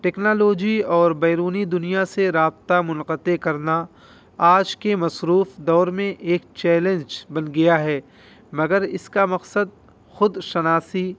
technology اور بیرونی دنیا سے رابطہ منقطع کرنا آج کے مصروف دور میں ایک چیلنج بن گیا ہے مگر اس کا مقصد خود شناسی